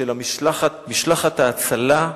של המשלחת, משלחת ההצלה,